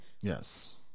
Yes